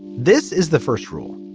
this is the first rule.